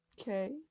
Okay